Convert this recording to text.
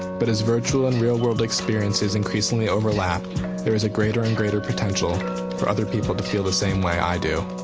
but as virtual and real world experiences increasingly overlap there is a greater and greater potential for other people to feel the same way i do.